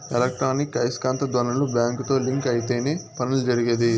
electronic ఐస్కాంత ధ్వనులు బ్యాంకుతో లింక్ అయితేనే పనులు జరిగేది